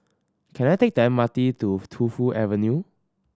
can I take the M R T to Tu Fu Avenue